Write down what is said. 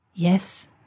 Yes